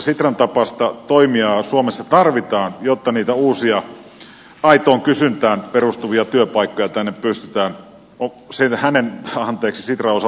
sitran tapaista toimijaa suomessa tarvitaan jotta niitä uusia aitoon kysyntään perustuvia työpaikkoja tänne pystymään sitran osalta myöskin luomaan